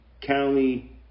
County